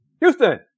Houston